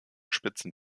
spitzen